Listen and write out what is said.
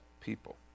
people